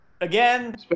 Again